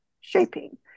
shaping